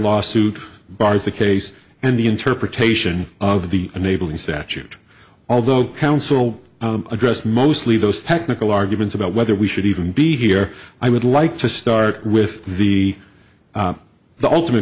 lawsuit bars the case and the interpretation of the enabling statute although counsel addressed mostly those technical arguments about whether we should even be here i would like to start with the the ultimate